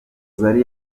zari